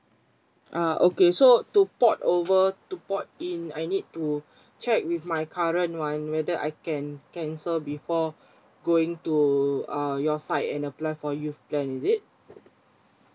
ah okay so to port over to port in I need to check with my current one whether I can cancel before going to uh your side and apply for youth plan is it